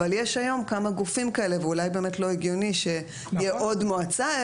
אבל יש היום כמה גופים כאלה ואולי באמת לא הגיוני שיהיה עוד מועצה,